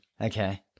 Okay